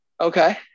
Okay